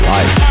Life